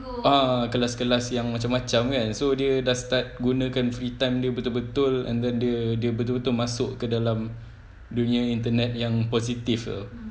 ah kelas-kelas yang macam-macam kan so dia dah start gunakan free time dia betul-betul and then dia betul-betul masuk ke dalam dunia internet yang positif ah